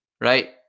right